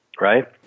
right